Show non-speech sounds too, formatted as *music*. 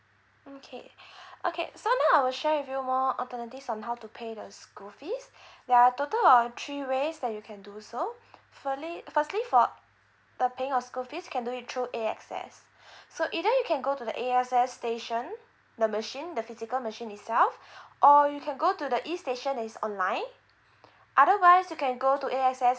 mm K *breath* okay so now I will share with you more alternatives on how to pay the school fees there are total of three ways that you can do so firstly for the paying of school fees can do it through A_X_S so either you can go to the A_X_S station the machine the physical machine itself or you can go to the E station that is online otherwise you can go to A_X_S